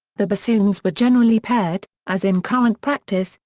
the bassoons were generally paired, as in current practice,